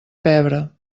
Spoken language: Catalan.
pebre